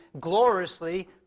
gloriously